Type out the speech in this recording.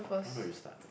why not you start